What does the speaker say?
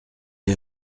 est